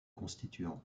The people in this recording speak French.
constituants